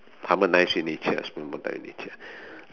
harmonize with nature spend more time with nature